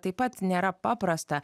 taip pat nėra paprasta